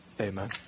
Amen